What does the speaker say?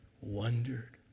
wondered